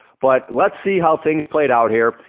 but let's see how things played out here,